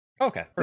Okay